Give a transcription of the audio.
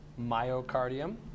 myocardium